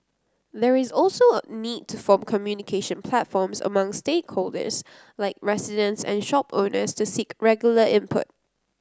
there is also a need to form communication platforms among stakeholders like residents and shop owners to seek regular input